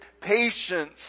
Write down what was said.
patience